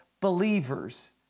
believers